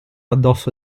addosso